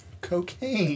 cocaine